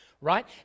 right